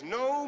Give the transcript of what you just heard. no